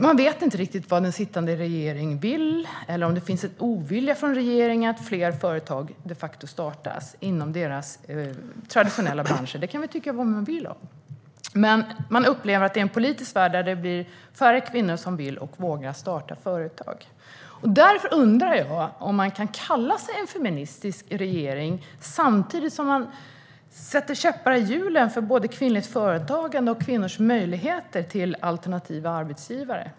Man vet inte riktigt vad den sittande regeringen vill eller om det finns en motvilja hos regeringen mot att fler företag startas inom deras traditionella branscher. Det kan man tycka vad man vill om, men man upplever att det är en politisk värld där det blir färre kvinnor som vill och vågar starta företag. Därför undrar jag om man kan kalla sig en feministisk regering samtidigt som man sätter käppar i hjulen för både kvinnligt företagande och kvinnors möjligheter till alternativa arbetsgivare.